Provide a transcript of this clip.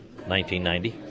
1990